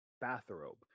bathrobe